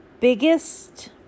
biggest